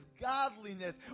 godliness